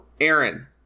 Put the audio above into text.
Aaron